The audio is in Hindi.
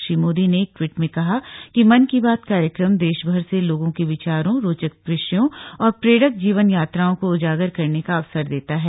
श्री मोदी ने एक ट्वीट में कहा कि मन की बात कार्यक्रम देशभर से लोगों के विचारों रोचक विषयों और प्रेरक जीवन यात्राओं को उजागर करने का अवसर देता है